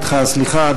אתך הסליחה.